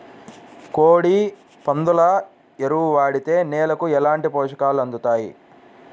కోడి, పందుల ఎరువు వాడితే నేలకు ఎలాంటి పోషకాలు అందుతాయి